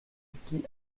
ski